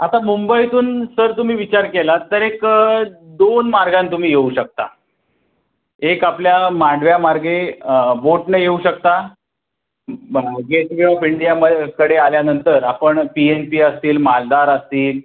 आता मुंबईतून सर तुम्ही विचार केलात तर एक दोन मार्गाने तुम्ही येऊ शकता एक आपल्या मांडव्यामार्गे बोटने येऊ शकता गेट वे ऑफ इंडिया कडे आल्यानंतर आपण टी एन टी असतील मालदार असतील